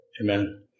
Amen